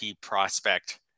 prospect